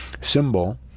symbol